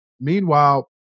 Meanwhile